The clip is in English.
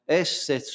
esse